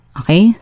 okay